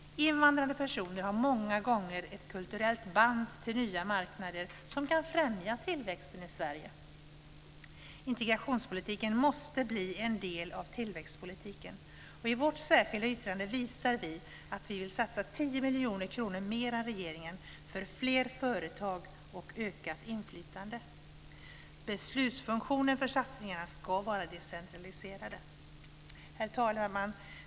Invandrade personer har många gånger ett kulturellt band till nya marknader som kan främja tillväxten i Sverige. Integrationspolitiken måste bli en del av tillväxtpolitiken. I vårt särskilda yttrande visar vi att vi vill satsa 10 miljoner kronor mer än regeringen för fler företag och ökat inflytande. Beslutsfunktionen för satsningarna ska vara decentraliserad. Herr talman!